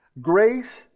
Grace